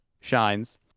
Shines